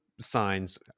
signs